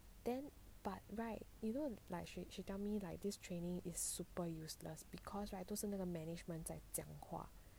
then but right you know like she she tell me like this training is super useless because right 都是那个 management 在讲话